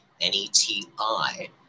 n-e-t-i